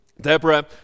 Deborah